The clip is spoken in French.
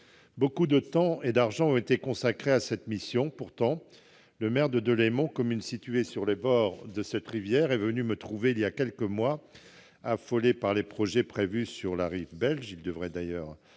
Beaucoup de temps et d'argent ont été consacrés à cette mission. Pourtant, le maire de Deûlémont, commune située sur les bords de cette rivière, est venu me trouver voilà quelques mois, affolé par les projets prévus sur la rive belge.